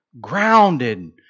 grounded